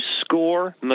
score